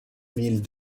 milles